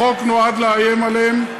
החוק נועד לאיים עליהם.